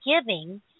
giving